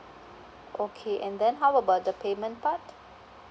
okay and then how about the payment part